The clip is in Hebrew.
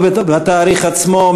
לא בתאריך עצמו,